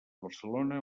barcelona